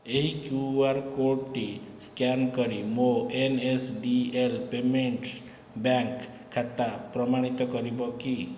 ଏହି କ୍ୟୁଆର୍ କୋଡ୍ଟି ସ୍କାନ୍ କରି ମୋ' ଏନ୍ଏସ୍ଡିଏଲ୍ ପେମେଣ୍ଟ୍ସ୍ ବ୍ୟାଙ୍କ୍ ଖାତା ପ୍ରମାଣିତ କରିବ କି